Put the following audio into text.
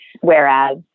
whereas